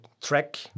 track